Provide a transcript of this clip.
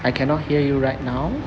I cannot hear you right now